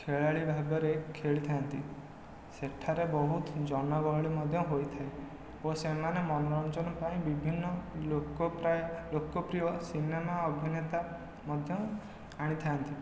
ଖେଳାଳି ଭାବରେ ଖେଳିଥାନ୍ତି ସେଠାରେ ବହୁତ ଜନଗହଳି ମଧ୍ୟ ହୋଇଥାଏ ଓ ସେମାନେ ମନୋରଞ୍ଜନ ପାଇଁ ବିଭିନ୍ନ ଲୋକ ପ୍ରାୟ ଲୋକପ୍ରିୟ ସିନେମା ଅଭିନେତା ମଧ୍ୟ ଆଣିଥାନ୍ତି